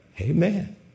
Amen